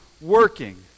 working